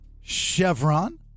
Chevron